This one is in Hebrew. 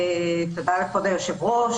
תודה לכבוד היושב-ראש,